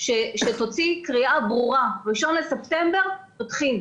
שתוציא קריאה ברורה, ב-1 בספטמבר פותחים.